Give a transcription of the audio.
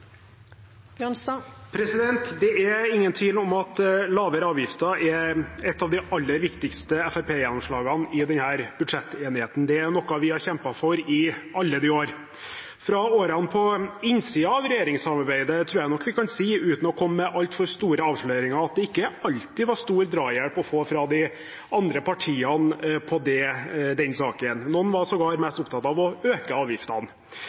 et av de aller viktigste Fremskrittsparti-gjennomslagene i denne budsjettenigheten. Det er noe vi har kjempet for i alle de år. Fra årene på innsiden av regjeringssamarbeidet tror jeg nok vi kan si, uten å komme med altfor store avsløringer, at det ikke alltid var stor drahjelp å få fra de andre partiene i den saken. Noen var sågar mest opptatt av å øke avgiftene.